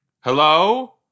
Hello